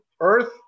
earth